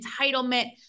entitlement